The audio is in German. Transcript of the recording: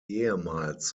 ehemals